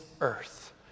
earth